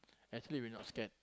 actually we not scared